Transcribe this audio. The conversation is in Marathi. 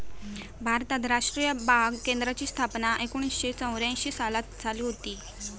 भारतात राष्ट्रीय बाग केंद्राची स्थापना एकोणीसशे चौऱ्यांशी सालात झाली हुती